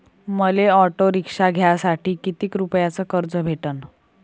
मले auto rickshaw घ्यासाठी कितीक रुपयाच कर्ज भेटनं?